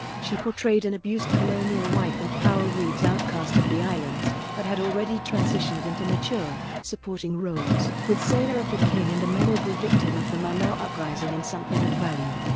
she portrayed an abused colonial wife in carol reed's outcast of the islands, but had already transitioned into mature, supporting roles with sailor of the king and a memorable victim of the mau mau uprising in something of value.